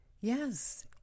yes